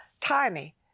tiny